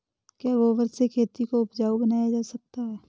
क्या गोबर से खेती को उपजाउ बनाया जा सकता है?